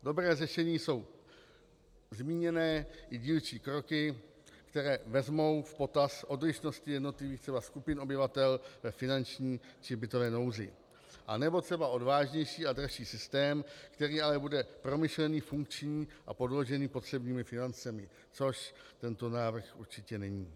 Dobré řešení jsou zmíněné i dílčí kroky, které vezmou v potaz odlišnosti třeba jednotlivých skupin obyvatel ve finanční či bytové nouzi, anebo třeba odvážnější a dražší systém, který ale bude promyšlený, funkční a podložený potřebnými financemi, což tento návrh určitě není.